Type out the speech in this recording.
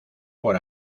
por